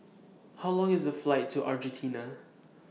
How Long IS The Flight to Argentina